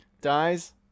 dies